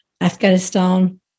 Afghanistan